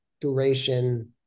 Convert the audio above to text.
duration